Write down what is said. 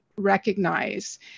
recognize